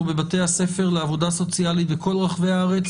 בבתי הספר לעבודה סוציאלית בכל רחבי הארץ,